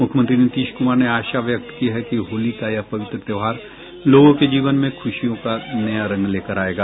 मुख्यमंत्री नीतीश कुमार ने आशा व्यक्त की है कि होली का यह पवित्र त्योहार लोगों के जीवन में खुशियों का नया रंग लेकर आयेगा